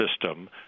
system